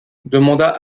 demanda